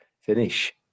finish